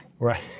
Right